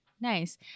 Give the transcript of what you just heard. Nice